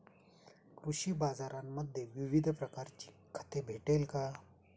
कृषी बाजारांमध्ये विविध प्रकारची खते भेटेल का?